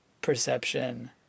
perception